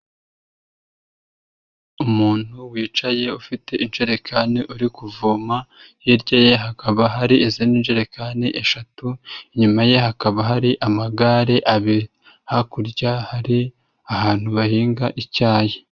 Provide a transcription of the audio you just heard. Umuntu wicaye ufite injerekani uri kuvoma, hirya ye hakaba hari izindi njerekani eshatu, inyuma ye hakaba hari amagare abiri, hakurya hari ahantu bahinga icyayi.